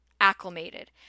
acclimated